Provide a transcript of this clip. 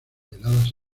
heladas